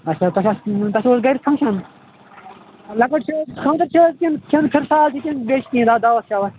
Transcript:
اَچھا تۄہہِ چھا تۅہہِ چھَو حظ گَرٕ فَنٛکشَن لۅکُٹ چھُ حظ خانٛدَر چھ حظ کِنہٕ پھِرٕسال چھُ کِنہٕ بیٚیہِ چھُ کیٚنٛہہ دعوت شاوت